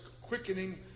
quickening